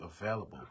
available